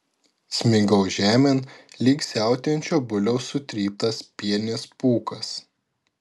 smigau žemėn lyg siautėjančio buliaus sutryptas pienės pūkas